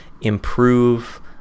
improve